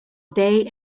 day